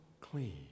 clean